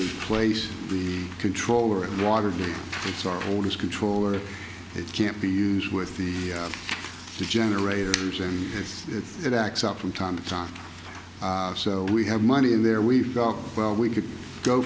replace the controller and watergate it's our oldest controller it can't be used with the generators and if it acts up from time to time so we have money in there we've got well we could go